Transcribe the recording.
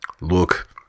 Look